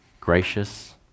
gracious